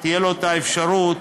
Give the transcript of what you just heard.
תהיה אפשרות